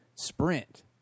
sprint